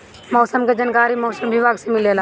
मौसम के जानकारी मौसम विभाग से मिलेला?